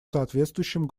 соответствующим